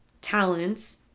talents